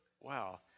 wow